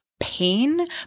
pain